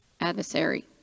adversary